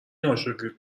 ناشکرید